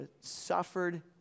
suffered